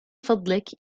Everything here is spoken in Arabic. فضلك